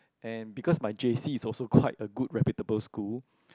and because my J_C is also quite a good reputable school